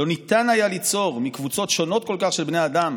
לא ניתן היה ליצור מקבוצות שונות כל כך של בני אדם,